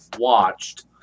watched